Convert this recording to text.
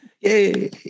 Yay